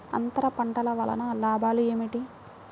అంతర పంటల వలన లాభాలు ఏమిటి?